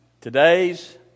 Today's